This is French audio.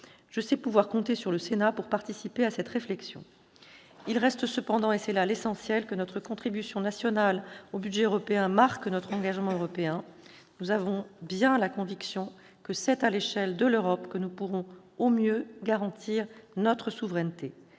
Je sais pouvoir compter sur le Sénat pour participer à cette réflexion. Il reste cependant, et c'est là l'essentiel, que notre contribution nationale au budget européen marque notre engagement européen. Nous avons bien la conviction que c'est à l'échelle de l'Europe que nous pourrons au mieux garantir notre souveraineté.